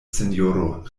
sinjoro